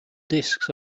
discs